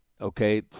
okay